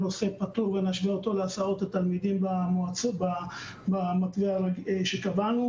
הנושא פתור ונשווה אותו להסעות התלמידים במתווה שקבענו.